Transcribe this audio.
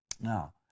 now